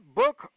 book